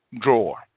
drawer